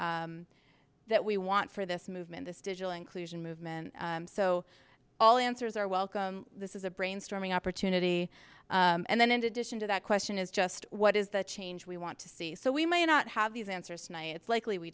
we that we want for this movement this digital inclusion movement so all the answers are welcome this is a brainstorming opportunity and then and addition to that question is just what is the change we want to see so we may not have these answers tonight it's likely we